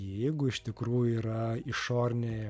jeigu iš tikrųjų yra išoriniai